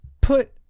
put